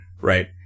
right